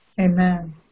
Amen